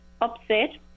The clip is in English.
Upset